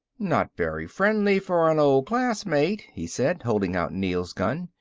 not very friendly for an old classmate, he said, holding out neel's gun.